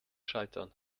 schaltern